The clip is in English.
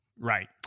Right